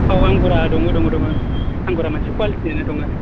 औ आंगुरा दङ दङ दङ आंगुरा मोनसे कुवालिटिनिल' दङ